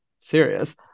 serious